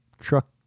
truck